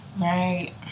Right